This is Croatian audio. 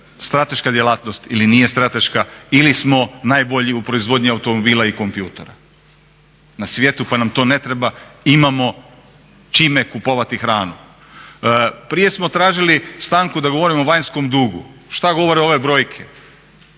strateška djelatnost ili nije strateška ili smo najbolji u proizvodnji automobila i kompjutora na svijetu pa nam to ne treba imamo čime kupovati hranu. Prije smo tražili stanku da govorimo o vanjskom dugu, što govore ove brojke.